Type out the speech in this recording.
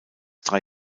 drei